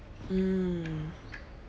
mm